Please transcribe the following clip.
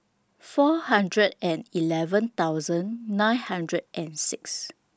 four hundred and eleven thousand nine hundred and six